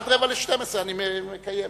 עד 11:45 אני מקיים.